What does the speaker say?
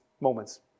moments